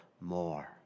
more